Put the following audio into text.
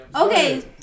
Okay